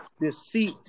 deceit